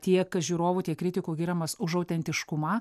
tiek žiūrovų tiek kritikų giriamas už autentiškumą